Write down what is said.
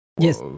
Yes